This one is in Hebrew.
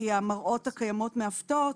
כי המראות הקיימות מעוותות,